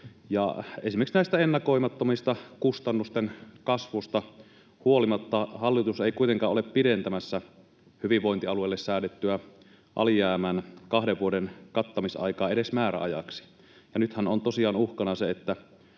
Esimerkiksi tästä ennakoimattomasta kustannusten kasvusta huolimatta hallitus ei kuitenkaan ole pidentämässä hyvinvointialueille säädettyä alijäämän kahden vuoden kattamisaikaa edes määräajaksi. Nythän on tosiaan uhkana se, että